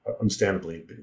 understandably